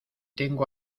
tengo